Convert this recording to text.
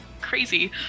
Crazy